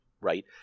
Right